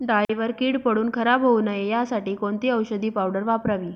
डाळीवर कीड पडून खराब होऊ नये यासाठी कोणती औषधी पावडर वापरावी?